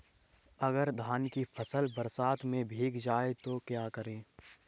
अगर धान की फसल बरसात में भीग जाए तो क्या करें?